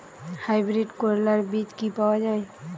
Hybrid করলার বীজ কি পাওয়া যায়?